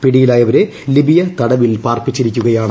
പിടിയിലായവരെ Libya തടവിൽ പാർപ്പിച്ചിരിക്കുകയാണ്